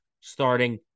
starting